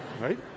Right